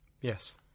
Yes